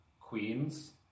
Queens